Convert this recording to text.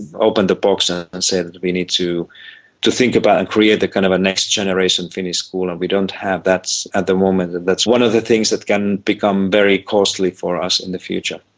open the box and and say that we need to to think about and create the kind of next generation finnish school, and we don't have that at the moment. that's one of the things that can become very costly for us in the future.